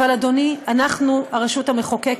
אבל, אדוני, אנחנו הרשות המחוקקת,